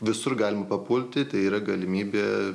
visur galima papulti tai yra galimybė